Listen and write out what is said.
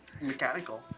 mechanical